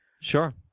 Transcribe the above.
Sure